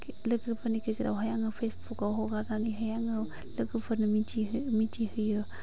लोगोफोरनि गेजेरावहाय आङो फेसबुकआव हगारनानैहाय आङो लोगोफोरनो मिथिहो मिथिहोयो